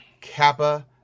Kappa